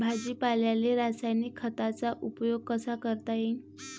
भाजीपाल्याले रासायनिक खतांचा उपयोग कसा करता येईन?